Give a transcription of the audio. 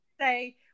say